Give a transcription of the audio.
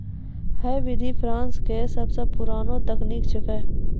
है विधि फ्रांस के सबसो पुरानो तकनीक छेकै